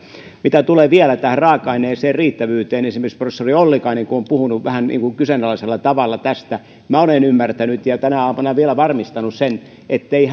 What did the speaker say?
mitä tulee vielä tähän raaka aineeseen ja sen riittävyyteen kun esimerkiksi professori ollikainen on puhunut vähän niin kuin kyseenalaisella tavalla tästä niin minä olen ymmärtänyt ja tänä aamuna vielä varmistanut sen ettei